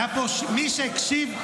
מי שהקשיב,